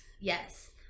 Yes